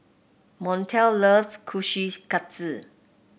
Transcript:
Montel loves Kushikatsu